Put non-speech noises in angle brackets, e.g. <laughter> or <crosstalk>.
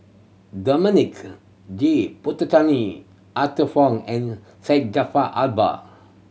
Dominic J <unintelligible> Arthur Fong and Syed Jaafar Albar